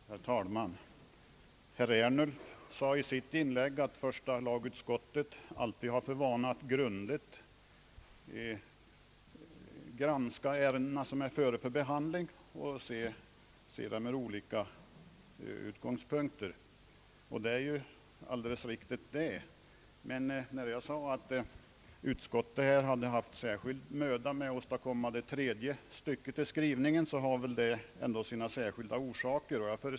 Herr talman! Herr Ernulf sade i sitt inlägg att första lagutskottet alltid har för vana att grundligt granska de ärenden som är före till behandling och att se dem ur olika utgångspunkter, och det är ju alldeles riktigt. När jag sade att utskottet hade haft särskild möda med att åstadkomma det tredje stycket i sin skrivning har det väl sina särskilda orsaker.